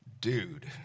dude